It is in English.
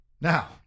Now